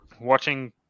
watching